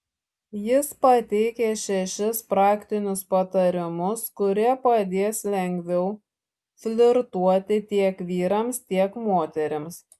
jis pateikia šešis praktinius patarimus kurie padės lengviau flirtuoti tiek vyrams tiek moterims